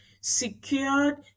Secured